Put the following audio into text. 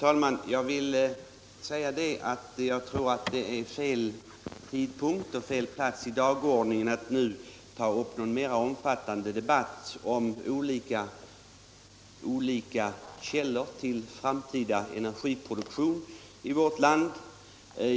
Herr talman! Jag tror att det är fel tidpunkt och fel plats på dagordningen att nu ta upp någon mer omfattande debatt om olika källor till framtida energiproduktion i vårt land.